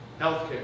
Healthcare